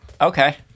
okay